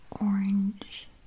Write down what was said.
orange